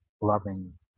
loving